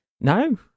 No